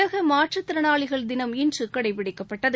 உலக மாற்றுத்திறனாளிகள் தினம் இன்று கடைபிடிக்கப்பட்டது